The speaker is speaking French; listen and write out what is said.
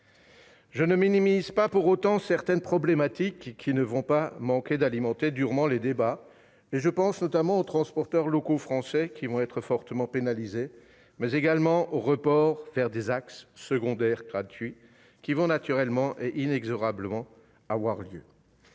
Je ne minimise pas pour autant certaines problématiques qui ne vont pas manquer d'alimenter durablement les débats. Je pense notamment aux transporteurs locaux français qui vont être fortement pénalisés, mais également aux reports vers des axes secondaires gratuits qui vont naturellement et inexorablement avoir lieu.